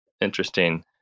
interesting